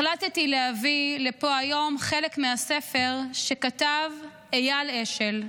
החלטתי להביא לפה היום חלק מהספר שכתב אייל אשל,